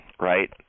right